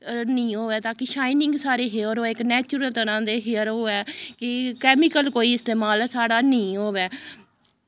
निं होऐ ताकि शाइनिंग साढ़े हेयर होऐ इक नैचरल तरह दे हेयर होऐ कि कैमिकल कोई इस्तेमाल साढ़ा निं होवै